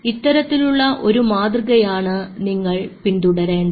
ഇത്തരത്തിലുള്ള ഒരു മാതൃകയാണ് നിങ്ങൾ പിന്തുടരേണ്ടത്